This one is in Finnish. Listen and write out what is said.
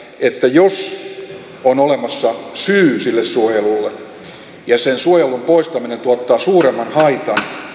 että jos on olemassa syy sille suojelulle ja sen suojelun poistaminen tuottaa suuremman haitan